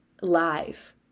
live